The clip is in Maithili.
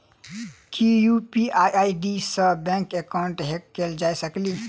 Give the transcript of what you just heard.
की यु.पी.आई आई.डी सऽ बैंक एकाउंट हैक कैल जा सकलिये?